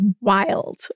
wild